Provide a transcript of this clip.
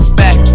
back